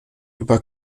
über